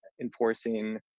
enforcing